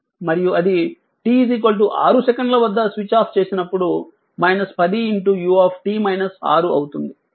మరియు అది t 6 సెకన్ల వద్ద స్విచ్ ఆఫ్ చేసినప్పుడు 10 u అవుతుంది